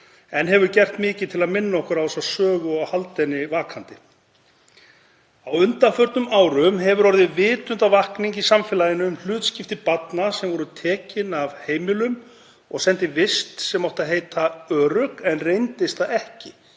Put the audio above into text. en hefur gert mikið til að minna okkur á þessa sögu og halda henni lifandi. Á undanförnum árum hefur orðið vitundarvakning í samfélaginu um hlutskipti barna sem voru tekin af heimilum og send í vist sem átti að heita örugg en reyndist það ekki.